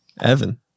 Evan